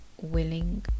willing